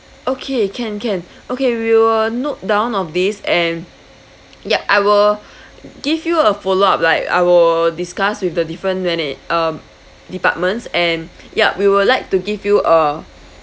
okay can can okay we will note down of these and ya I will give you a follow up like I will discuss with the different mana~ um departments and yup we would like to give you a